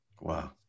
Wow